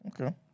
Okay